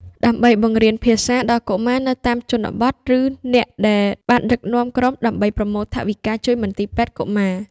ដើម្បីបង្រៀនភាសាដល់កុមារនៅតាមជនបទ ឬអ្នកដែលបានដឹកនាំក្រុមដើម្បីប្រមូលថវិកាជួយមន្ទីរពេទ្យកុមារ។